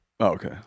Okay